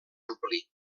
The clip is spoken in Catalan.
ampli